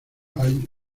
hay